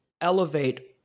elevate